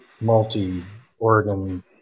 multi-organ